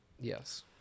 Yes